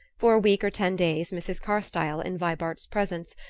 for a week or ten days mrs. carstyle, in vibart's presence,